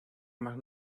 más